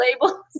labels